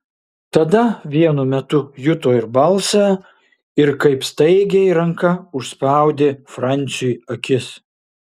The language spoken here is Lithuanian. tada vienu metu juto ir balsą ir kaip staigiai ranka užspaudė franciui akis